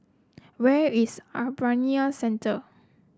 where is Bayanihan Center